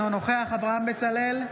אינו נוכח אברהם בצלאל,